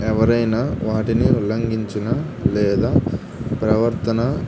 ఎవరైనా వాటిని ఉల్లఘించిన లేదా ప్రవర్తన